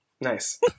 Nice